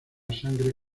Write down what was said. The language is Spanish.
sangre